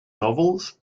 novels